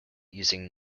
using